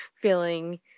feeling